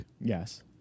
Yes